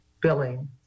billing